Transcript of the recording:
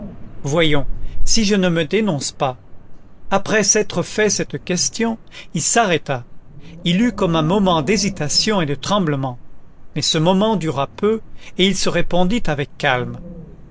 voyons si je ne me dénonce pas après s'être fait cette question il s'arrêta il eut comme un moment d'hésitation et de tremblement mais ce moment dura peu et il se répondit avec calme